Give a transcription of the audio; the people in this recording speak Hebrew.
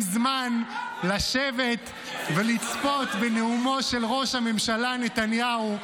זמן לשבת ולצפות בנאומו של ראש הממשלה נתניהו.